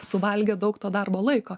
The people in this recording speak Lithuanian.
suvalgė daug to darbo laiko